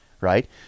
right